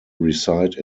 reside